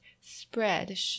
spread